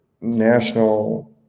national